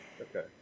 Okay